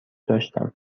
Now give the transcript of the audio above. داشتم